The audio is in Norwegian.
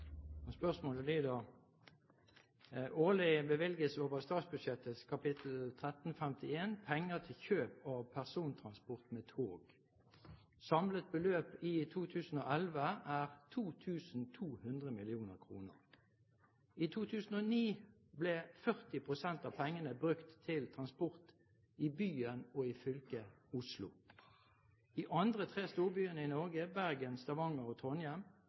Spørsmålet lyder: «Årlig bevilges over statsbudsjettet kap. 1351 penger til kjøp av persontransport med tog. Samlet beløp i 2011 er 2200 mill. kr. I 2009 ble 40 pst. av pengene brukt til transport i byen og fylket Oslo. De tre andre storbyene i Norge, Bergen, Stavanger og